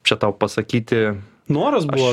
čia tau pasakyti noras buvo